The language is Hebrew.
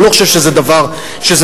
אני לא חושב שזה דבר הוגן.